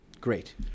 Great